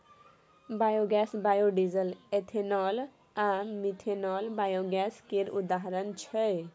biogas, biodiesel, ethanol आ methanol biogas केर उदाहरण छै